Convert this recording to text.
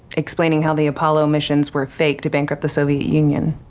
explaining how the apollo missions were faked to bankrupt the soviet union.